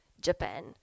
Japan